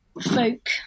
folk